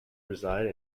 reside